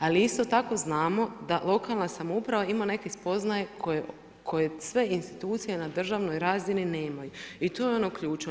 Ali isto tako znamo da lokalna samouprava ima neke spoznaje koje sve institucije na državnoj razini nemaju i to je ono ključno.